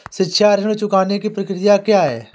शिक्षा ऋण चुकाने की प्रक्रिया क्या है?